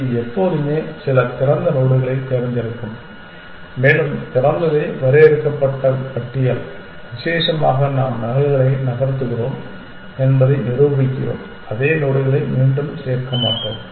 இது எப்போதுமே சில திறந்த நோடுகளைத் தேர்ந்தெடுக்கும் மேலும் திறந்ததே வரையறுக்கப்பட்ட பட்டியல் விசேஷமாக நாம் நகல்களை நகர்த்துகிறோம் என்பதை நிரூபிக்கிறோம் அதே நோடுகளை மீண்டும் சேர்க்க மாட்டோம்